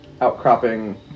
outcropping